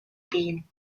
wien